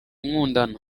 nkundana